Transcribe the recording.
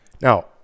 Now